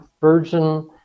Virgin